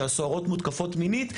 שהסוהרות מותקפות מינית,